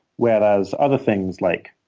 whereas other things, like